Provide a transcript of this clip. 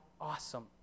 awesome